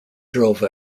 drove